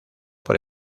por